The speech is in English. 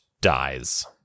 dies